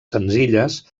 senzilles